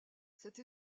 cette